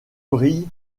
brille